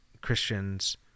Christians